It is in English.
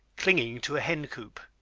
clinging to a hencoop.